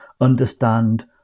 understand